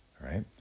right